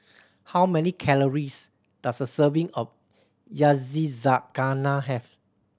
how many calories does a serving of Yakizakana have